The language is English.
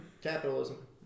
Capitalism